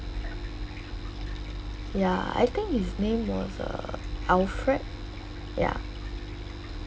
ya I think his name was err alfred ya